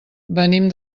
venim